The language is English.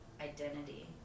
identity